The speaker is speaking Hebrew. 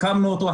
הקמנו אותו,